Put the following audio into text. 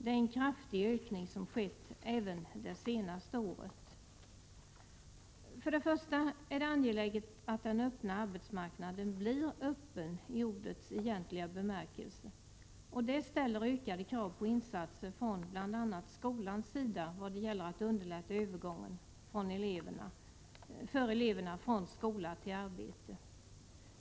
Det är en kraftig ökning som skett även det senaste året. Först och främst är det angeläget att den öppna arbetsmarknaden blir öppen i ordets egentliga bemärkelse. Det ställer ökade krav på insatser från bl.a. skolans sida när det gäller att underlätta övergången för eleverna från skola till arbete.